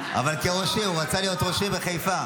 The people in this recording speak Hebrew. אבל כראש עיר, הוא רצה להיות ראש עיר בחיפה.